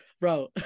bro